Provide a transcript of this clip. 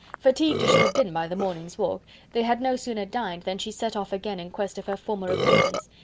fatigued as she had been by the morning's walk they had no sooner dined than she set off again in quest of her former acquaintance,